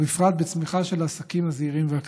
ובפרט בצמיחה של העסקים הזעירים והקטנים,